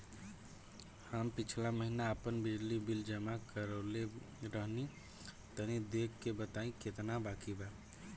हम पिछला महीना आपन बिजली बिल जमा करवले रनि तनि देखऽ के बताईं केतना बाकि बा?